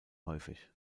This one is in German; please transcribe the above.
häufig